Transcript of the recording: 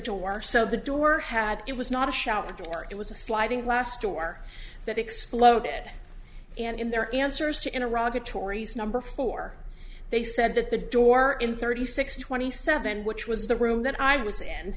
door so the door had it was not a shouter it was a sliding glass door that exploded in their answers to in a rugged tori's number four they said that the door in thirty six twenty seven which was the room that i was in